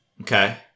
Okay